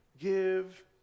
Give